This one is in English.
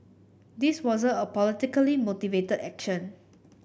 this wasn't a politically motivated action